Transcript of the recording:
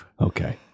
Okay